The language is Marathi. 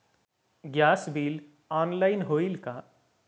गॅस बिल ऑनलाइन होईल का?